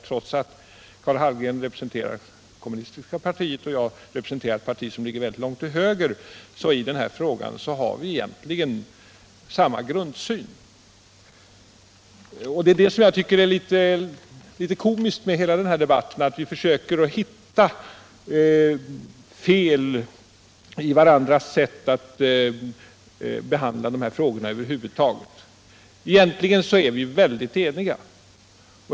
Trots att Karl Hallgren representerar kommunistiska partiet och jag representerar ett parti som ligger långt till höger har vi i den här frågan egentligen samma grundsyn. Jag tycker att det är litet komiskt med hela den här debatten. Det är litet komiskt att vi försöker hitta fel i varandras sätt att behandla de här frågorna över huvud taget, för egentligen är vi väldigt eniga.